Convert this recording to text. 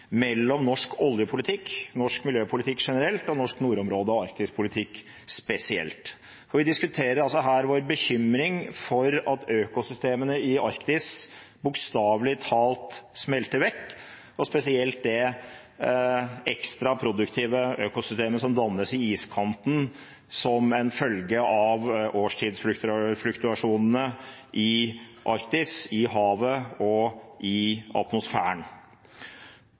mellom norsk oljepolitikk, norsk miljøpolitikk generelt og norsk nordområde- og arktispolitikk spesielt. Vi diskuterer her vår bekymring for at økosystemene i Arktis bokstavelig talt smelter vekk, spesielt det ekstra produktive økosystemet som dannes i iskanten, som en følge av årstidsfluktuasjonene i Arktis, i havet og i atmosfæren.